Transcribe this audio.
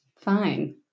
fine